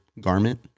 garment